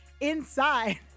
inside